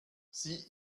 sie